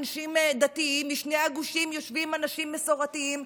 בשני הגושים יושבים אנשים דתיים,